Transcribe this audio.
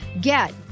Get